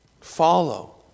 Follow